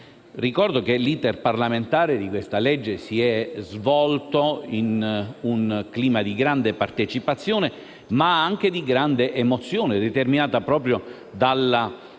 Ricordo che l'*iter* parlamentare di questa legge si è svolto in un clima di grande partecipazione, ma anche di grande emozione, determinata proprio dalla morte